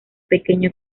pequeño